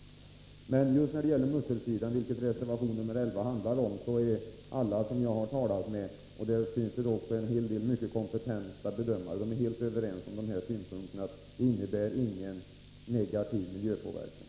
Just när det gäller musselodling, vilket reservation nr 11 handlar om, är alla som jag har talat med — däribland en hel del mycket kompetenta bedömare — fullständigt överens om att den verksamheten inte innebär någon negativ miljöpåverkan.